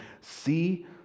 see